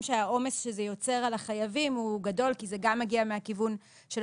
שהעומס שזה יוצר על החייבים הוא גדול כי זה גם מגיע מהכיוון של